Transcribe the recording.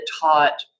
taught